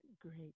Great